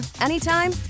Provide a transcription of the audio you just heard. anytime